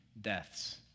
deaths